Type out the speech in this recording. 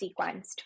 sequenced